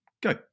go